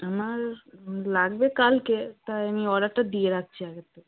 আমার লাগবে কালকে তাই আমি অর্ডারটা দিয়ে রাখছি আগের থেকে